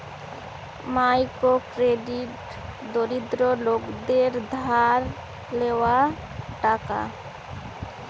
micro credit দরিদ্র লোকদের ধার লেওয়া টাকা